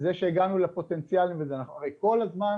זה שהגענו לפוטנציאל וזה, הרי כל הזמן